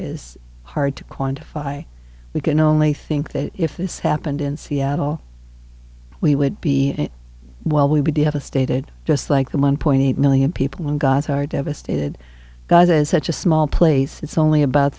is hard to quantify we can only think that if this happened in seattle we would be well we'd be devastated just like the money point eight million people in gaza are devastated gaza is such a small place it's only about